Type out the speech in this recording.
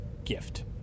gift